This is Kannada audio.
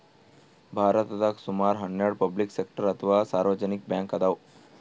ಭಾರತದಾಗ್ ಸುಮಾರ್ ಹನ್ನೆರಡ್ ಪಬ್ಲಿಕ್ ಸೆಕ್ಟರ್ ಅಥವಾ ಸಾರ್ವಜನಿಕ್ ಬ್ಯಾಂಕ್ ಅದಾವ್